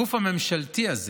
הגוף הממשלתי הזה